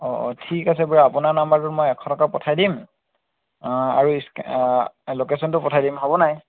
অ অ ঠিক আছে বাৰু আপোনাৰ নাম্বাৰটোত মই এশ টকা পঠাই দিম আৰু ইস্কে লকেচনটো পঠাই দিম হ'ব নাই